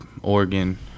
Oregon